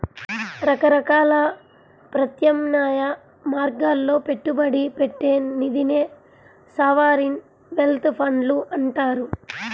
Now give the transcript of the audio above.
రకరకాల ప్రత్యామ్నాయ మార్గాల్లో పెట్టుబడి పెట్టే నిధినే సావరీన్ వెల్త్ ఫండ్లు అంటారు